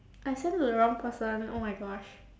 I send to the wrong person oh my gosh